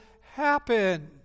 happen